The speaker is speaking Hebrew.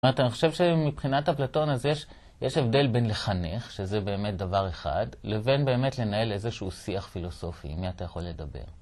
אתה חושב שמבחינת אפלטון יש הבדל בין לחנך שזה באמת דבר אחד לבין באמת לנהל איזשהו שיח פילוסופי, עם מי אתה יכול לדבר?